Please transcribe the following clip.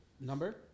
number